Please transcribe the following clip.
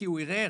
כי הוא ערער.